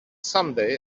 someday